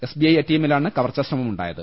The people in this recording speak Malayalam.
എസ്ബിഐ എടിഎമ്മിലാണ് കവർച്ചാ ശ്രമമുണ്ടായത്